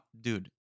dude